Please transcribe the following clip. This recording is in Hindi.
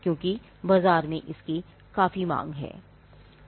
क्योंकि बाजार में इसकी काफी मांग है